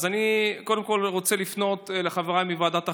אז קודם כול אני רוצה לפנות לחבריי מוועדת החינוך: